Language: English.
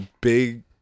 big –